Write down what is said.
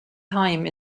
time